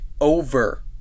Over